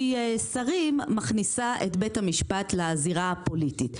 שרים מכניסה את בית המשפט לזירה הפוליטית.